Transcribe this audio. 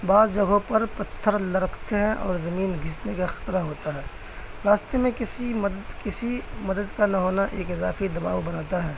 بعض جگہوں پر پتھر لڑکھتے ہیں اور زمین گھسنے کا خطرہ ہوتا ہے راستے میں کسی مدد کسی مدد کا نہ ہونا ایک اضافی دباؤ بناتا ہے